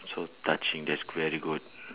so touching that's very good